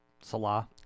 Salah